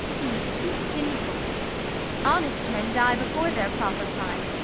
he is too sinful honest men die before their proper time.